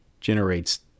generates